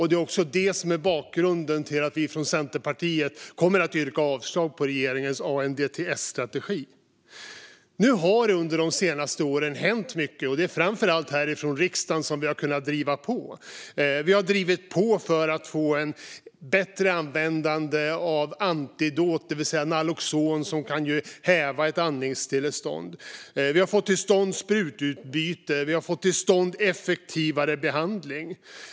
Det är också bakgrunden till att vi från Centerpartiet föreslår avslag på regeringens ANDTS-strategi. Nu har det under de senaste åren hänt mycket. Det är framför allt härifrån riksdagen som vi har kunnat driva på. Vi har drivit på för att få ett bättre användande av antidot, naloxon, som kan häva ett andningsstillestånd. Vi har fått till stånd sprututbyte. Vi har fått till stånd effektivare behandling.